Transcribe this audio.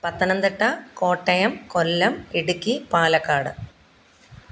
Pathanamthitta Kottayam Kollam Idukki Palakkad